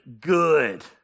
good